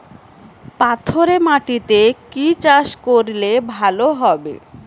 পাথরে মাটিতে কি চাষ করলে ভালো হবে?